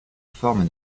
forme